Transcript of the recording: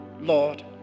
Lord